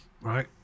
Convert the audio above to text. right